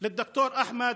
לד"ר אחמד,